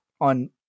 on